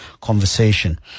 conversation